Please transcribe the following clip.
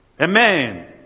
Amen